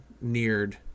neared